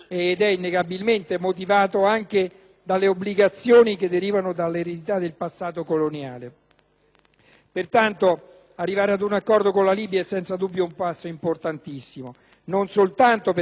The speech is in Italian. Pertanto, arrivare ad un accordo con la Libia è senza dubbio un passo importantissimo, non soltanto per chiudere un capitolo della storia, ma anche per avviare un processo che avvicini all'area democratica e pacifica dell'Europa